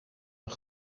een